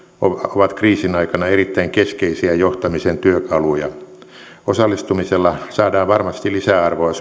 ovat kriisin aikana erittäin keskeisiä johtamisen työkaluja osallistumisella saadaan varmasti lisäarvoa